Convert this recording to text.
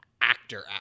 actor